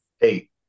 Eight